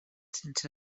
sense